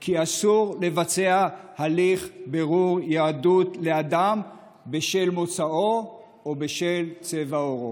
כי אסור לבצע הליך בירור יהדות לאדם בשל מוצאו או בשל צבע עורו.